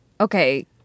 Okay